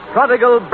Prodigal